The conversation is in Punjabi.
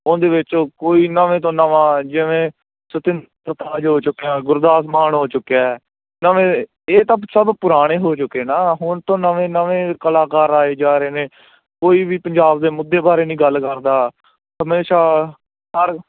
ਉਹਦੇ ਵਿੱਚ ਕੋਈ ਨਵੇਂ ਤੋਂ ਨਵਾਂ ਜਿਵੇਂ ਸਤਿੰਦਰ ਸਰਤਾਜ ਹੋ ਚੁੱਕਿਆ ਗੁਰਦਾਸ ਮਾਨ ਹੋ ਚੁੱਕਿਆ ਨਵੇਂ ਇਹ ਤਾਂ ਸਭ ਪੁਰਾਣੇ ਹੋ ਚੁੱਕੇ ਨਾ ਹੁਣ ਤੋਂ ਨਵੇਂ ਨਵੇਂ ਕਲਾਕਾਰ ਆਏ ਜਾ ਰਹੇ ਨੇ ਕੋਈ ਵੀ ਪੰਜਾਬ ਦੇ ਮੁੱਦੇ ਬਾਰੇ ਨਹੀਂ ਗੱਲ ਕਰਦਾ ਹਮੇਸ਼ਾ ਪਰ